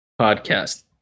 podcast